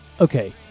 Okay